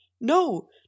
No